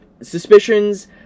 Suspicions